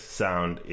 sound